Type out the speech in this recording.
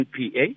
NPA